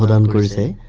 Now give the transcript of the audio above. but and greasy